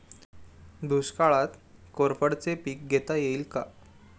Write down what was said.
दुष्काळात कोरफडचे पीक घेता येईल का?